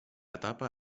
etapa